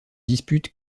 dispute